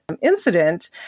incident